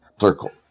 circle